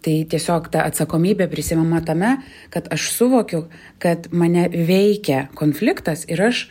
tai tiesiog ta atsakomybė prisiimama tame kad aš suvokiau kad mane veikia konfliktas ir aš